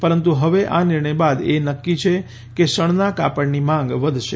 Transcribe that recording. પરંતુ હવે આ નિર્ણય બાદ એ નક્કી છેકે શણનાં કાપડની માંગ વધશે